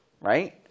Right